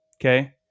okay